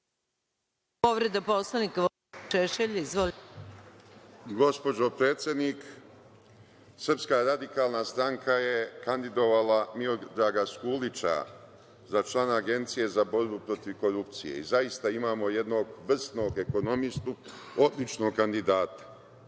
Gospođo predsednik, SRS je kandidovala Miodraga Skulića za člana Agencije za borbu protiv korupcije i zaista imamo jednog vrsnog ekonomistu, odličnog kandidata.Međutim,